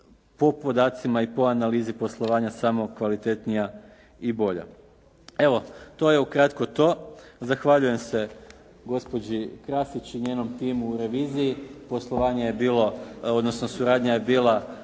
po podacima i po analizi poslovanja samo kvalitetnija i bolja. Evo to je ukratko to. Zahvaljujem se gospođi Krasić i njenom timu u reviziji. Poslovanja je bilo, odnosno suradnja je bila